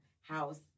house